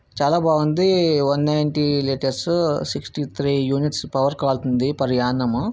చాలా బాగుంది one ninety litres sixty three units power కాల్తుంది పర్ యానం